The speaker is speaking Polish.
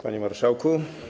Panie Marszałku!